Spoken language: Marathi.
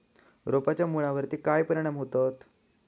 रोपांच्या मुळावर काय परिणाम होतत?